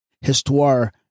Histoire